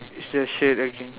is there a shirt okay